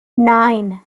nine